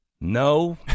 no